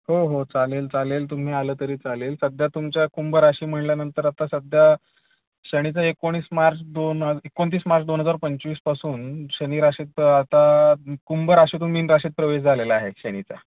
हो हो चालेल चालेल तुम्ही आलं तरी चालेल सध्या तुमच्या कुंभ राशी म्हटल्यानंतर आता सध्या शनीचा एकोणीस मार्च दोन एकोणतीस मार्च दोन हजार पंचवीसपासून शनी राशीत आता कुंभ राशीतून मीन राशीत प्रवेश झालेला आहे शनीचा